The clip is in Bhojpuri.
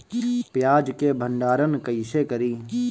प्याज के भंडारन कईसे करी?